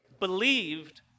believed